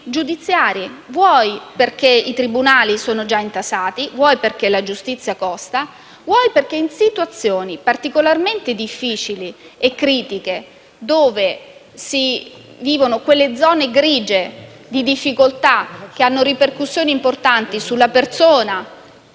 giudiziari, vuoi perché i tribunali sono già intasati, vuoi perché la giustizia costa, vuoi perché in situazioni particolarmente difficili e critiche, quelle zone grigie di difficoltà che hanno importanti ripercussioni sulla persona